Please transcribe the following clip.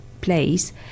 place